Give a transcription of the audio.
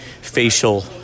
facial